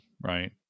right